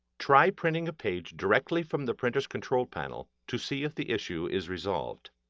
try printing a page directly from the printer's control panel to see if the issue is resolved.